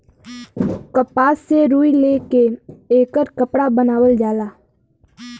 कपास से रुई ले के एकर कपड़ा बनावल जाला